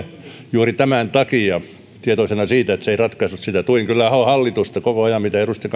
juuri tämän takia tietoisena siitä että se ei ratkaise sitä tuin kyllä ahon hallitusta koko ajan mitä edustaja